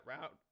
route